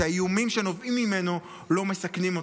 שהאיומים שנובעים ממנו לא מסכנים אותו.